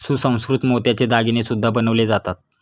सुसंस्कृत मोत्याचे दागिने सुद्धा बनवले जातात